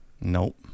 Nope